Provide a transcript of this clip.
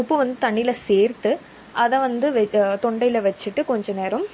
உப்பு வந்து தண்ணியில் சேர்த்து அதை வந்து வெச் தொண்டையில் வெச்சுட்டு கொஞ்சம் நேரம்